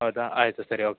ಹೌದಾ ಆಯಿತು ಸರಿ ಓಕೆ